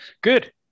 Good